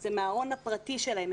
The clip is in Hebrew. זה מהארון הפרטי שלהם.